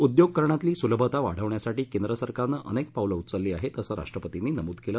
उद्योग करण्यातली सुलभता वाढवण्यासाठी केंद्र सरकारनं अनेक पावलं उचलली आहेत असं राष्ट्रपतींनी नमूद केलं